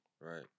right